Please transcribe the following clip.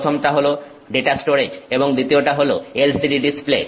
প্রথমটা হল data storage এবং দ্বিতীয়টা হল LCD ডিসপ্লে